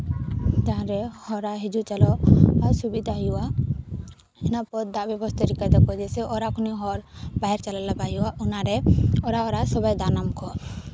ᱡᱟᱦᱟᱸ ᱨᱮ ᱦᱚᱨᱟᱜ ᱦᱤᱡᱩᱜ ᱪᱟᱞᱟᱜ ᱥᱩᱵᱤᱫᱟ ᱦᱩᱭᱩᱜᱼᱟ ᱤᱱᱟᱹ ᱯᱚᱨ ᱫᱟᱜ ᱵᱮᱵᱚᱥᱛᱷᱟ ᱠᱚᱨᱟᱭ ᱫᱟᱠᱚ ᱚᱲᱟᱜ ᱠᱷᱚᱱ ᱦᱚᱨ ᱵᱟᱭ ᱪᱟᱞᱟᱜ ᱵᱟᱭᱚᱜ ᱚᱱᱟᱨᱮ ᱚᱲᱟᱜ ᱚᱲᱟᱜ ᱥᱚᱵᱟᱭ ᱫᱟᱜ ᱱᱟᱢ ᱟᱠᱚ